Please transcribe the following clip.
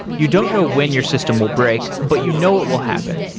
you don't know when your system will break, but you know it will happen.